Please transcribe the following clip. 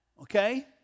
okay